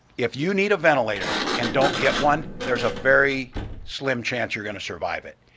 if you need a ventilator and don't get one, there is a very slim chance you're going to survive it.